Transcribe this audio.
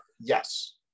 Yes